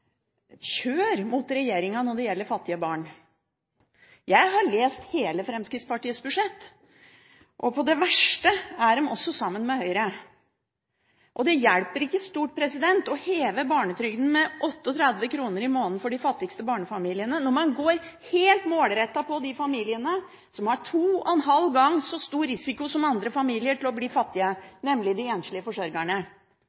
kjør mot regjeringen når det gjelder fattige barn. Jeg har lest hele Fremskrittspartiets budsjett, og på det verste er de også sammen med Høyre. Det hjelper ikke stort å heve barnetrygden med 38 kr i måneden for de fattigste barnefamiliene når en går helt målrettet på de familiene som har to og en halv gang så stor risiko som andre familier for å bli